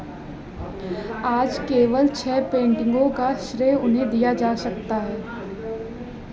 आज केवल छः पेंटिंगों का श्रेय उन्हें दिया जा सकता है